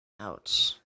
Ouch